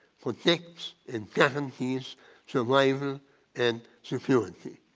protects and guarantees survival and security.